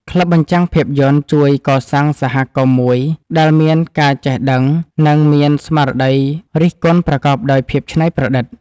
ក្លឹបបញ្ចាំងភាពយន្តជួយកសាងសហគមន៍មួយដែលមានការចេះដឹង និងមានស្មារតីរិះគន់ប្រកបដោយភាពច្នៃប្រឌិត។